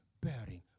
bearing